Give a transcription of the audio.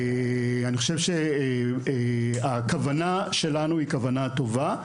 אני חושב שהכוונה שלנו היא כוונה טובה,